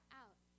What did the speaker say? out